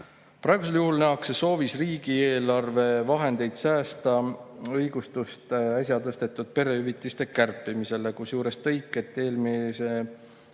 Praegusel juhul nähakse soovis riigieelarve vahendeid säästa õigustust äsja tõstetud perehüvitiste kärpimisele. Kusjuures tõik, et eelmine